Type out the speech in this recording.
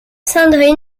sandrine